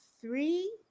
three